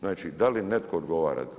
Znači, da li netko odgovara?